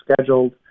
scheduled